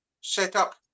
setup